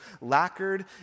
lacquered